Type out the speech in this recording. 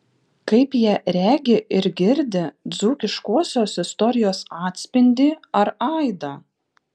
kaip jie regi ir girdi dzūkiškosios istorijos atspindį ar aidą